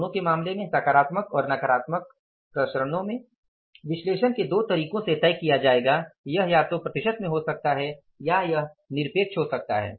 दोनों के मामले में सकारात्मक और नकारात्मक प्रसारणों में विश्लेषण को दो तरीकों से तय किया जाएगा यह या तो प्रतिशत में हो सकता है या यह निरपेक्ष हो सकता है